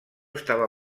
estava